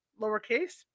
lowercase